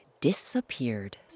disappeared